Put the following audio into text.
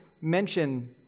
mention